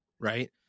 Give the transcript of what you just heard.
right